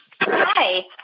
Hi